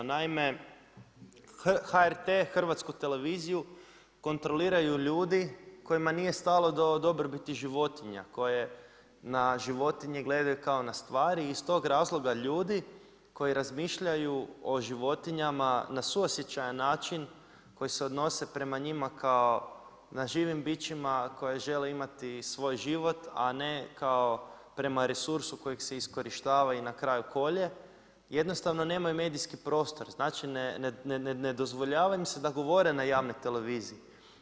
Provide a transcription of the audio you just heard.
Naime, HRT Hrvatsku televiziju kontroliraju ljudi kojima nije stalo do dobrobiti životinja koji na životinje gledaju kao na stvari iz tog razloga ljudi koji razmišljaju o životinjama na suosjećajan način, koji se odnose prema njima kao na živim bićima koja žele imati svoj život, a ne kao prema resursu kojeg se iskorištava i na kraju kolje, jednostavno nemaju medijski prostor, znači ne dozvoljava im se da govore na javnoj televiziji.